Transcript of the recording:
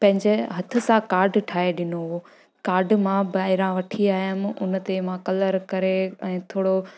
पंहिंजे हथ सां कार्ड ठाहे ॾिनो हुओ कार्ड मां ॿाहिरां वठी आयमि उन ते मां कलर करे ऐं थोरो